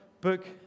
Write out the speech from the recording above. book